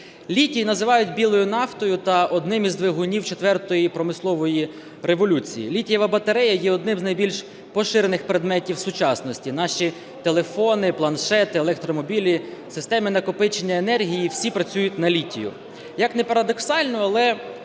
Літій називають "білою нафтою" та одним із двигунів Четвертої промислової революції. Літієва батарея є одним з найбільш поширених предметів сучасності: наші телефони, планшети, електромобілі, системи накопичення енергії – всі працюють на літії. Як не парадоксально, але